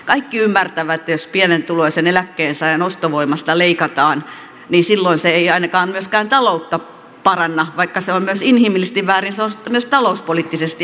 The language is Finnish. kaikki ymmärtävät että jos pienituloisen eläkkeensaajan ostovoimasta leikataan niin silloin se ei ainakaan myöskään taloutta paranna vaikka se on myös inhimillisesti väärin se on myös talouspoliittisesti epäviisasta